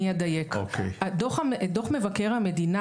דוח מבקר המדינה,